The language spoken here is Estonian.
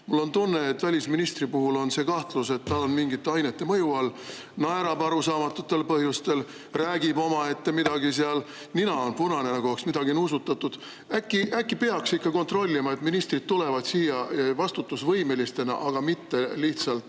Mul on tunne, et välisministri puhul on see kahtlus, et ta on mingite ainete mõju all: naerab arusaamatutel põhjustel, räägib omaette midagi seal, nina on punane, nagu oleks midagi nuusutatud. Äkki peaks ikka kontrollima, et ministrid tulevad siia vastutusvõimelisena, aga mitte lihtsalt